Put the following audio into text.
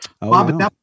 Bob